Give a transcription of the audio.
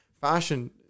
fashion